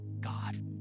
God